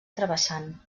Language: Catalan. travessant